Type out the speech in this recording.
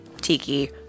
tiki